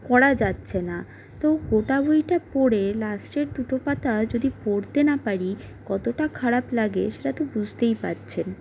পড়া যাচ্ছে না তো গোটা বইটা পড়ে লাস্টের দুটো পাতা যদি পড়তে না পারি কতটা খারাপ লাগে সেটা তো বুঝতেই পারছেন